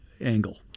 angle